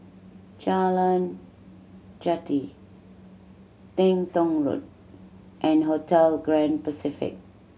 Jalan Jati Teng Tong Road and Hotel Grand Pacific